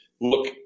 look